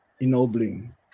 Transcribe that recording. ennobling